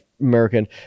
American